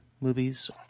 movies